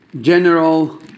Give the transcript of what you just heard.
general